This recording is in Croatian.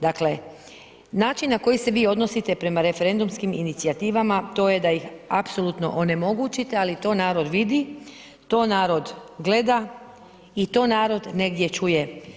Dakle, način na koji se vi odnosite prema referendumskim inicijativama to je da ih apsolutno onemogućite, ali to narod vidi, to narod gleda i to narod negdje čuje.